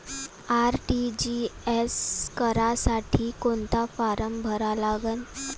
RTGS करासाठी कोंता form भरा लागन?